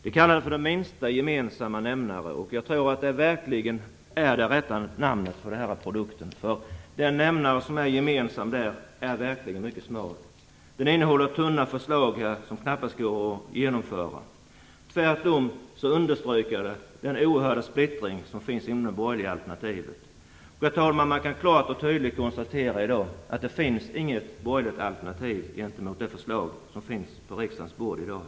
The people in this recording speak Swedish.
De kallar detta för en minsta gemensam nämnare, och jag tror att det verkligen är det rätta namnet för denna produkt. Den nämnare som är gemensam där är verkligen mycket smal. Den innehåller tunna förslag som knappast går att genomföra. Tvärtom understryker detta den oerhörda splittring som finns inom det borgerliga alternativet. Man kan, herr talman, klart och tydligt konstatera att det inte finns något borgerligt alternativ gentemot det förslag som finns på riksdagens bord i dag.